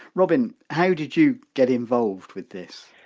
robin, how did you get involved with this?